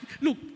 Look